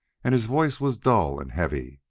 and his voice was dull and heavy.